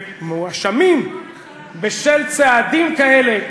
ומואשמים בשל צעדים כאלה,